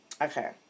okay